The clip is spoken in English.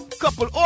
couple